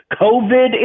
COVID